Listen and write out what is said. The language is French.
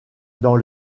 dans